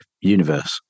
universe